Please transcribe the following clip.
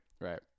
Right